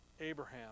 Abraham